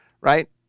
right